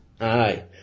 aye